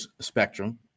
spectrum